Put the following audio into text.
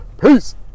Peace